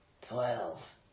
Twelve